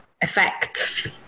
effects